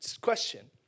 Question